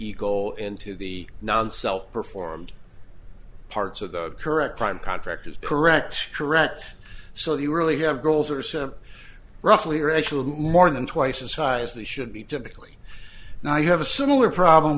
goal into the non self performed parts of the correct prime contractors correct correct so they really have goals or so roughly are actually more than twice as high as they should be typically now i have a similar problem